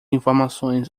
informações